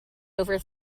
over